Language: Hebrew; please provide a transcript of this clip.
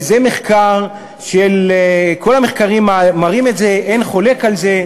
וכל המחקרים מראים את זה,